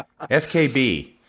FKB